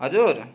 हजुर